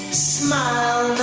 smile